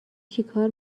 چیکار